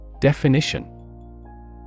Definition